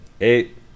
Eight